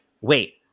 wait